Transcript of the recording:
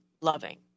loving